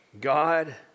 God